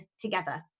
together